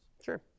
Sure